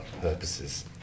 purposes